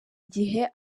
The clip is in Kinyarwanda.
igihe